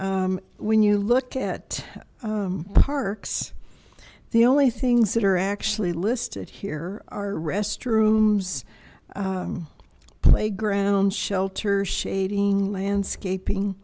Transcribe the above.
when you look at parks the only things that are actually listed here are restrooms playgrounds shelter shading landscaping